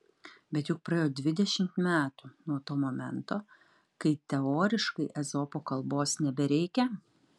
bet juk praėjo dvidešimt metų nuo to momento kai teoriškai ezopo kalbos nebereikia